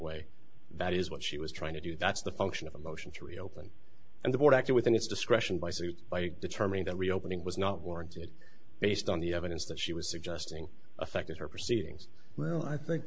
way that is what she was trying to do that's the function of a motion to reopen and the board acted within its discretion by suit by determining that reopening was not warranted based on the evidence that she was suggesting affected her proceedings well i think